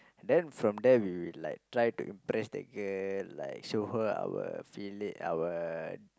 then from there we will like try to impress that girl like show her our feeling our